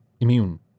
Immune